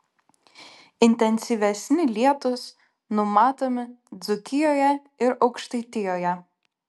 intensyvesni lietūs numatomi dzūkijoje ir aukštaitijoje